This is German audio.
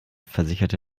versicherte